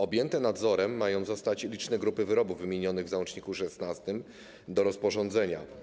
Objęte nadzorem mają zostać liczne grupy wyrobów wymienionych w załączniku XVI do rozporządzenia.